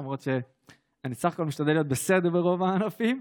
למרות שאני סך הכול משתדל להיות בסדר ברוב הענפים,